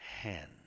hand